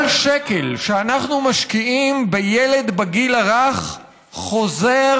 כל שקל שאנחנו משקיעים בילד בגיל הרך חוזר